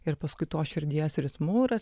ir paskui tos širdies ritmu ir